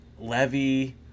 Levy